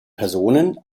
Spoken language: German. personen